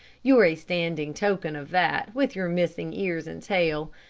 you're a standing token of that, with your missing ears and tail.